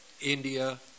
India